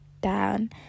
down